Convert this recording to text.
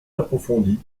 approfondi